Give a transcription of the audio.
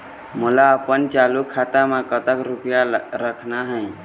मोला अपन चालू खाता म कतक रूपया रखना हे?